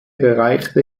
erreichte